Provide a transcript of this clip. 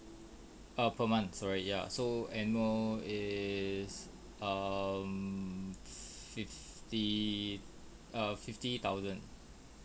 err per month sorry ya so annual is um fifty err fifty thousand